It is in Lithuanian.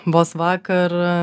vos vakar